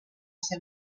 ser